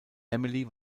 emily